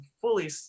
fully